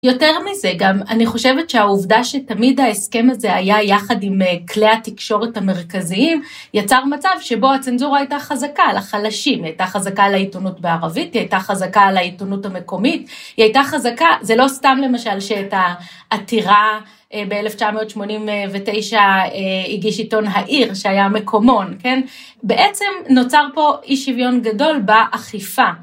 יותר מזה, גם, אני חושבת שהעובדה שתמיד ההסכם הזה היה יחד עם כלי התקשורת המרכזיים, יצר מצב שבו הצנזורה הייתה חזקה על החלשים, היא הייתה חזקה על העיתונות בערבית, היא הייתה חזקה על העיתונות המקומית, היא הייתה חזקה, זה לא סתם למשל שאת העתירה ב-1989 הגיש עיתון העיר, שהיה מקומון, כן? בעצם נוצר פה אי שוויון גדול באכיפה.